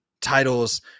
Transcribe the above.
titles